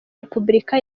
repubulika